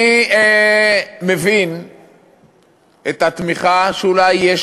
אני מבין את התמיכה שאולי יש,